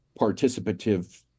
participative